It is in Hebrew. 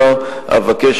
במגבלות,